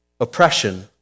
oppression